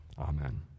Amen